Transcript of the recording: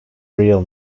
real